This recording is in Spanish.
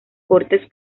cortes